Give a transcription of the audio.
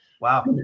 Wow